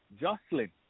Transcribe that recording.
Jocelyn